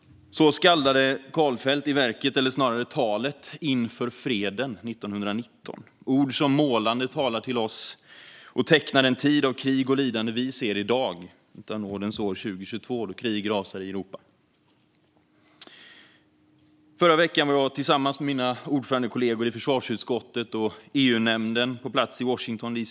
Så skaldade Karlfeldt 1919 i verket, eller snarare talet, Inför freden . Det är ord som på ett målande sätt talar till oss och tecknar den tid av krig och lidande vi ser i dag, detta nådens år 2022, då krig rasar i Europa. Förra veckan var jag tillsammans med mina ordförandekollegor i försvarsutskottet och EU-nämnden på plats i Washington D.C.